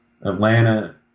Atlanta